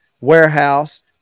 warehouse